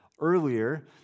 earlier